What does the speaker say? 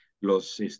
los